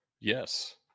Yes